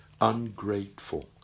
Ungrateful